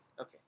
okay